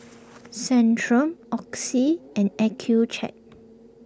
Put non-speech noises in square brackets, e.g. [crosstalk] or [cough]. [noise] Centrum Oxy and Accucheck